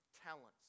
talents